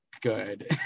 good